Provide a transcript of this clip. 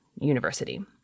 university